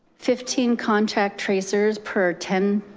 fifteen contact tracers per ten,